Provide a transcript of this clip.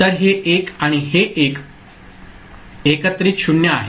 तर हे 1 आणि हे 1 एकत्रित 0 आहेत